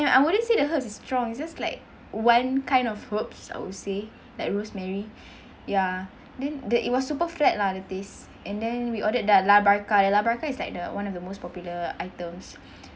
and I wouldn't say the herbs is strong it's just like one kind of herbs I would say like rosemary ya then the it was super flat lah the taste and then we ordered the la barca the la barca is like the one of the most popular items